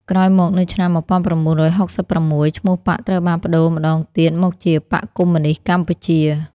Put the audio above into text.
ក្រោយមកនៅឆ្នាំ១៩៦៦ ឈ្មោះបក្សត្រូវបានប្តូរម្ដងទៀតមកជា «បក្សកុម្មុយនីស្តកម្ពុជា»។